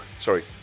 sorry